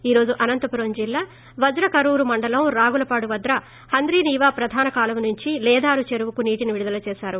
ఈ రోజు అనంతపురం జిల్లా వజ్రకరూరు మండలం రాగులపాడు వద్ద హంద్రీనీవా ప్రధాన కాలువ నుంచి లేదారు చెరువుకు నీటిని విడుదల చేశారు